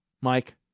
Mike